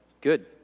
good